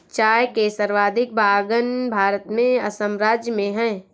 चाय के सर्वाधिक बगान भारत में असम राज्य में है